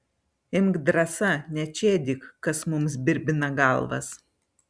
imk drąsa nečėdyk kas mums birbina galvas